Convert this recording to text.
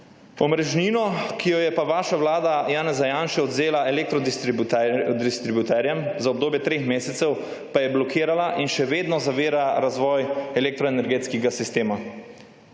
Omrežnina, ki jo je pa vaša vlada Janeza Janše odvzela elektrodistributerjem za obdobje treh mesecev, pa je blokirala in še vedno zavira razvoj elektroenergetskega sistema.